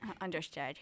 understood